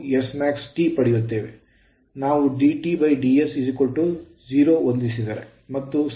ನಾವು s smaxT ಪಡೆಯುತ್ತೇವೆ ನಾವು d Tds 0 ಹೊಂದಿಸಿದರೆ ಮತ್ತು ಸರಳೀಕರಿಸಿ